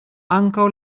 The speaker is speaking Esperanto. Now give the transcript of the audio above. ankaŭ